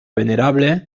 venerable